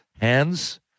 hands